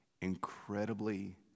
incredibly